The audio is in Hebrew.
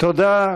תודה.